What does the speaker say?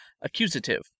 Accusative